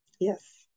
Yes